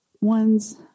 One's